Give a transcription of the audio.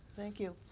thank you.